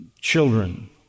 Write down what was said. children